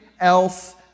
else